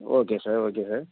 okay sir okay sir